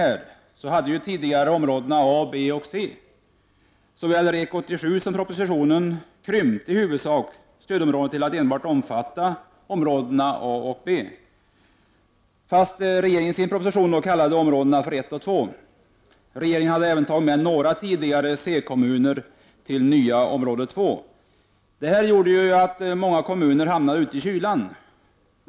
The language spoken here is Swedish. Tidigare hade vi områdena A, B och C. Såväl REK-87 som propositionen krympte i huvudsak stödområdet till att enbart omfatta områdena A och B, även om regeringen i sin proposition kallar områdena 1 och 2. Regeringen har i det nya området 2 även tagit med några tidigare C-kommuner. Detta gjorde att många kommuner hamnade ute i kylan.